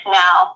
now